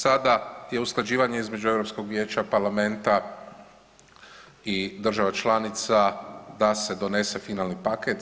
Sada je usklađivanje između Europskog vijeća, parlamenta i država članica da se donese finalni paket.